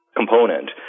component